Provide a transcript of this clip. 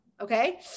okay